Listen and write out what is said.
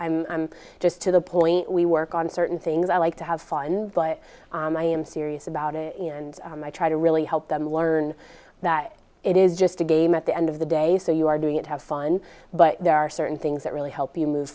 i'm just to the point we work on certain things i like to have fun but i am serious about it and i try to really help them learn that it is just a game at the end of the day so you are doing it have fun but there are certain things that really help you move